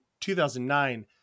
2009